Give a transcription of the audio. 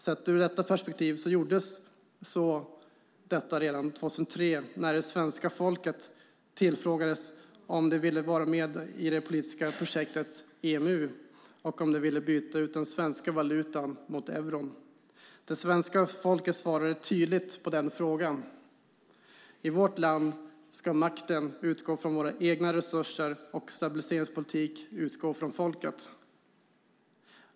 Sett ur detta perspektiv gjordes detta redan 2003, när det svenska folket tillfrågades om det ville vara med i det politiska projektet EMU och om det ville byta ut den svenska valutan mot euron. Det svenska folket svarade tydligt på denna fråga: I vårt land ska makten utgå från våra egna resurser, och stabiliseringspolitiken ska utgå från folket.